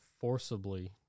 forcibly